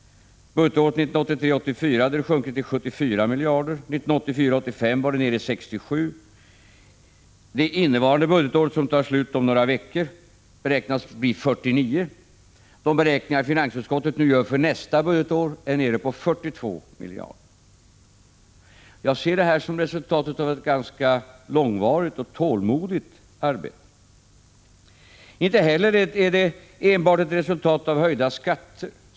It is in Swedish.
Budgetåret 1983 85 var det nere i 67 miljarder. För det innevarande budgetåret, som tar slut om några veckor, beräknas budgetunderskottet bli 49 miljarder. Enligt de beräkningar finansutskottet nu gör för nästa budgetår kommer budgetunderskottet då att vara nere på 42 miljarder. Jag ser minskningen av budgetunderskottet som resultatet av ett ganska långvarigt och tålmodigt arbete. Inte heller är det enbart ett resultat av höjda skatter.